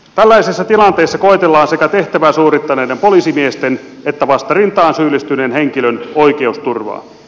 tällaisessa tilanteessa koetellaan sekä tehtävää suorittaneiden poliisimiesten että vastarintaan syyllistyneen henkilön oikeusturvaa